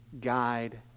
guide